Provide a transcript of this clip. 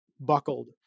buckled